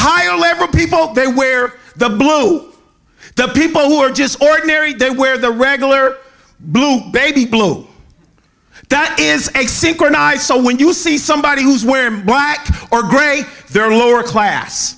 higher level people they wear the blue the people who are just ordinary day where the regular blue baby blue that is a synchronized so when you see somebody who's wearing black or grey their lower class